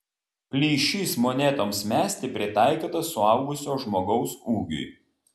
plyšys monetoms mesti pritaikytas suaugusio žmogaus ūgiui